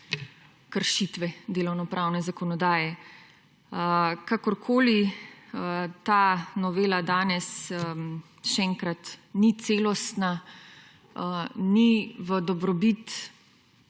kršitve delovnopravne zakonodaje. Kakorkoli ta novela danes še enkrat ni celostna, ni v dobrobit